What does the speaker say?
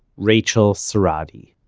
rachael so cerrotti.